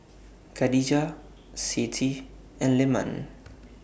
Khadija Siti and Leman